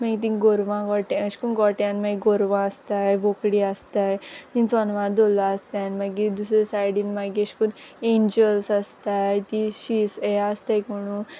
मागी तींग गोरवां गोठ्यां अेश कोन्न गोठ्यां मागी गोरवां आसताय बोकडी आसताय हीं जोनवार दोल्लो आसताय मागीर दुसरे सायडीन मागी अेश कोन्न एन्जल्स आसताय तीं शींस यें आसताय कोणू